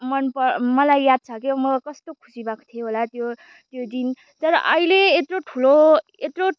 मन प मलाई याद छ क्याउ म कस्तो खुसी भएको थिएँ होला त्यो त्यो दिन तर अहिले यत्रो ठुलो यत्रो